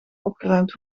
opgeruimd